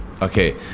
Okay